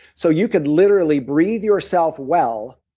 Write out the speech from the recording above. so you could literally breathe yourself well,